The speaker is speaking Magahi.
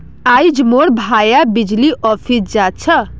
आइज मोर भाया बिजली ऑफिस जा छ